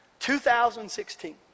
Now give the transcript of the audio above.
2016